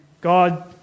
God